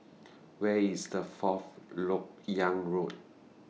Where IS The Fourth Lok Yang Road